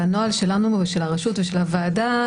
אבל הנוהל שלנו ושל הרשות ושל הוועדה,